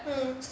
mm